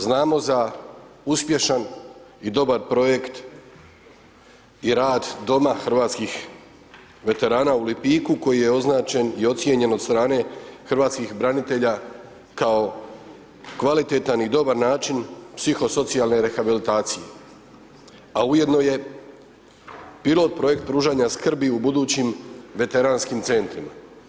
Znamo za uspješan i dobar projekt i rad Doma hrvatskih veterana u Lipiku koji je označen i ocijenjen od strane hrvatskih branitelja kao kvalitetan i dobar način psihosocijalne rehabilitacije, a ujedno je pilot projekt pružanja skrbi u budućim Veteranskim centrima.